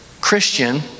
Christian